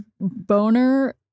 boner